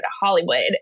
Hollywood